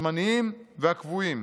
הזמניים והקבועים.